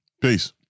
Peace